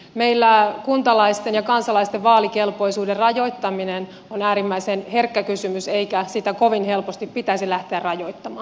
meillä kuntalaisten ja kansalaisten vaalikelpoisuuden rajoittaminen on äärimmäisen herkkä kysymys eikä sitä kovin helposti pitäisi lähteä rajoittamaan